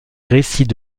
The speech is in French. récits